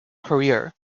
career